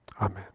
Amen